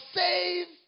save